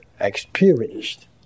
experienced